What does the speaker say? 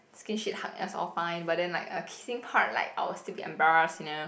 skinship hug is all fine but then like uh kissing part like I will still be embarrassed you know